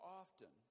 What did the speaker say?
often